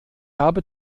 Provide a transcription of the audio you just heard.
habe